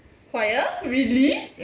choir really